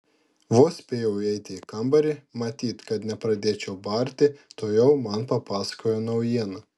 vos spėjau įeiti į kambarį matyt kad nepradėčiau barti tuojau man papasakojo naujieną